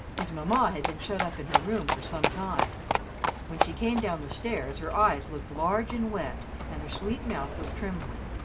his mamma had been shut up in her room for some time when she came down the stairs, her eyes looked large and wet, and her sweet mouth was trembling.